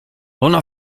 ona